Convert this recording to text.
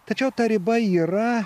tačiau ta riba yra